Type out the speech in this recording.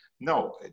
No